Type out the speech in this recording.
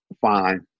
fine